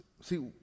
see